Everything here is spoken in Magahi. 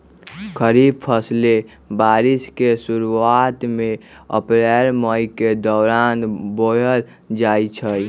खरीफ फसलें बारिश के शुरूवात में अप्रैल मई के दौरान बोयल जाई छई